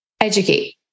Educate